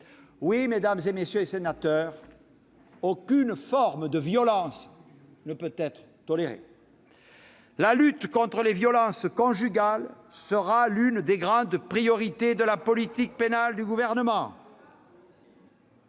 des sceaux est particulièrement attaché. Aucune forme de violence ne peut être tolérée ! La lutte contre les violences conjugales sera l'une des grandes priorités de la politique pénale du Gouvernement.